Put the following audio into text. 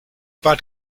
bad